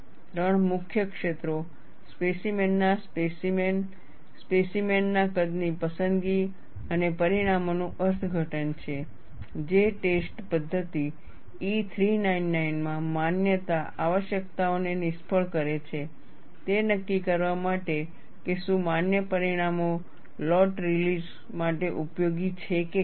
ત્રણ મુખ્ય ક્ષેત્રો સ્પેસીમેન ના સ્પેસીમેન સ્પેસીમેન ના કદની પસંદગી અને પરિણામોનું અર્થઘટન છે જે ટેસ્ટ પદ્ધતિ E 399 માં માન્યતા આવશ્યકતાઓને નિષ્ફળ કરે છે તે નક્કી કરવા માટે કે શું માન્ય પરિણામો લોટ રિલીઝ માટે ઉપયોગી છે કે કેમ